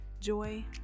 joy